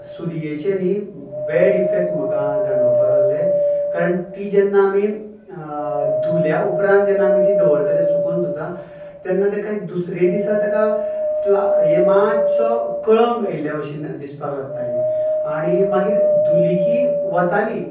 सुऱ्येचें न्ही bad effect म्हाका जाणवपाक लागले कारण ती जेन्ना आमी धुल्या उपरांत जेन्ना आमी ती दवरताले सुकून सुद्दां तेन्ना तिका दुसरे दिसा तिका स्ला मातसो कळम आयिल्ल्या भशेन दिसपाक लागताली आनी मागीर धुली की वताली